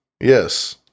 Yes